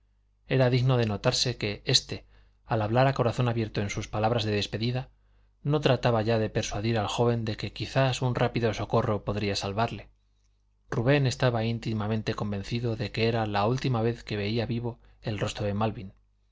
era digno de notarse que éste al hablar a corazón abierto en sus palabras de despedida no trataba ya de persuadir al joven de que quizá un rápido socorro podría salvarle rubén estaba íntimamente convencido de que era la última vez que veía vivo el rostro de malvin